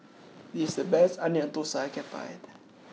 this is the best Onion Thosai that I can find